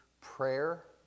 prayer